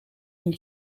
hun